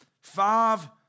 five